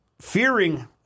fearing